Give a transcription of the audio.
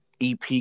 EP